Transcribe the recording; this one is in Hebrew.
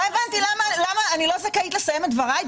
לא הבנתי למה אני לא זכאית לסיים את דבריי,